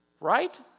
Right